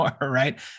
right